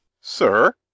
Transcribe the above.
sir